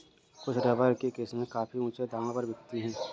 कुछ रबर की किस्में काफी ऊँचे दामों पर बिकती है